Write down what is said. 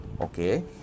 Okay